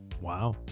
Wow